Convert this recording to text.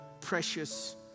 precious